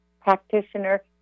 practitioner